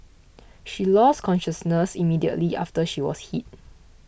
she lost consciousness immediately after she was hit